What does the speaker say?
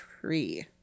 Three